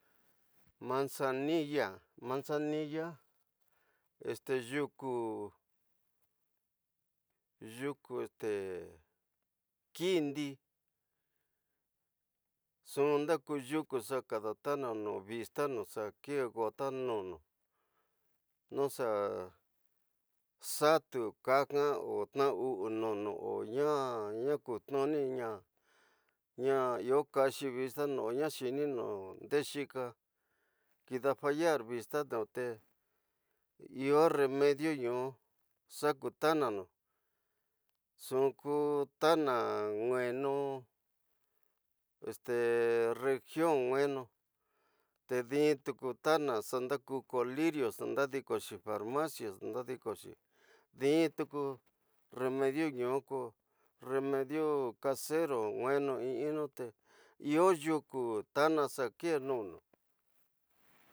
Manzanilla, manzanilla, yuku, yuku kindi nxu na ku yoku xa kada tanu vista nu xa ke gota nú nu noxa, xatu, kainga o tna vu nu nu oña, ma ku tnuniza, na iyo kaxi. Usatano o na xi minu ndexika kida fallar vista nu te iyo remedio nu xa hu tana nu nxu ku tana nu enu regon nu enu te disu, tuku tana nga ku kolirio nxa ndedi koti farmacia, ndadi koxi, disu tuku remedio nu ko remedio casero nu enuin mu te iyo yuku tana xa kenunu.